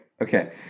Okay